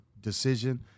decision